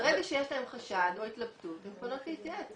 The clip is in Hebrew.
ברגע שיש להן חשד או התלבטות הן פונות להתייעץ.